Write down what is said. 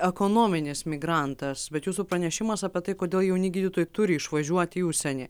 ekonominis migrantas bet jūsų pranešimas apie tai kodėl jauni gydytojai turi išvažiuoti į užsienį